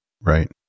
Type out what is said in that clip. Right